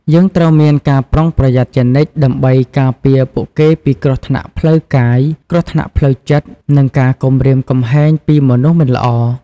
យើងត្រូវមានការប្រុងប្រយ័ត្នជានិច្ចដើម្បីការពារពួកគេពី គ្រោះថ្នាក់ផ្លូវកាយ គ្រោះថ្នាក់ផ្លូវចិត្ត និងការគំរាមកំហែងពីមនុស្សមិនល្អ។